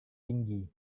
tinggi